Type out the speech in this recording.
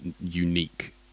unique